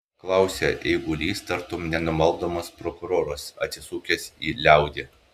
klausė eigulys tartum nenumaldomas prokuroras atsisukęs į liaudį